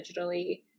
digitally